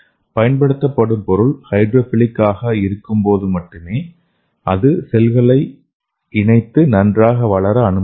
பயன்படுத்தப்படும் பொருள் ஹைட்ரோஃபிலிக் ஆக இருக்கும்போது மட்டுமே அது செல்களை இணைத்து நன்றாக வளர அனுமதிக்கும்